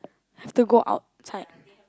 have to go outside